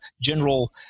general